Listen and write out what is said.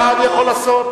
מה אני יכול לעשות?